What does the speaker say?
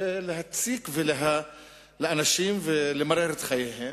להציק לאנשים ולמרר את חייהם.